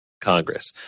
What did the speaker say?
Congress